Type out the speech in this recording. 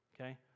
okay